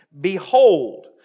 Behold